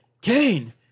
Kane